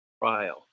trial